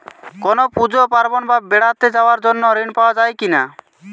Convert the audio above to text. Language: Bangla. কোনো পুজো পার্বণ বা বেড়াতে যাওয়ার জন্য ঋণ পাওয়া যায় কিনা?